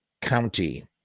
County